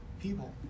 people